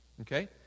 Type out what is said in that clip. Okay